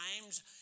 times